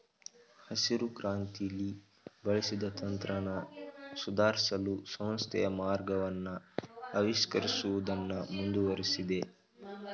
ಹಸಿರುಕ್ರಾಂತಿಲಿ ಬಳಸಿದ ತಂತ್ರನ ಸುಧಾರ್ಸಲು ಸಂಸ್ಥೆಯು ಮಾರ್ಗವನ್ನ ಆವಿಷ್ಕರಿಸುವುದನ್ನು ಮುಂದುವರ್ಸಿದೆ